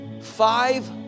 five